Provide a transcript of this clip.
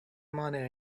money